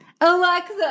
Alexa